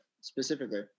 specifically